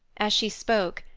as she spoke,